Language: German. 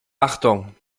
achtung